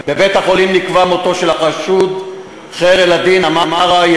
בבית-החולים נקבע מותו של החשוד חיר א-דין חמדאן,